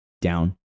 down